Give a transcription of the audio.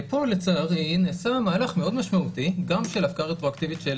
פה לצערי נעשה מהלך מאוד משמעותי גם של הפקעה רטרואקטיבית של